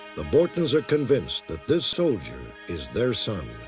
the bortons are convinced that this soldier is their son.